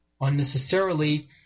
unnecessarily